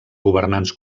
governants